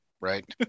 right